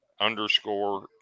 underscore